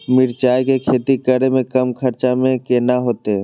मिरचाय के खेती करे में कम खर्चा में केना होते?